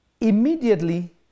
immediately